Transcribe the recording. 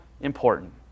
important